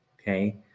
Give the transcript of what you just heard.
okay